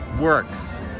works